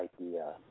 idea